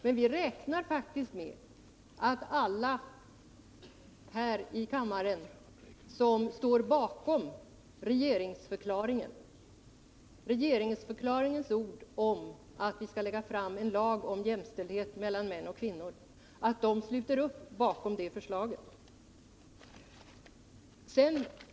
Men vi räknar faktiskt med att alla här i kammaren som står bakom regeringsförklaringens ord — att vi skall lägga fram en lag om jämställdhet mellan män och kvinnor — sluter upp bakom detta förslag.